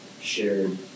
shared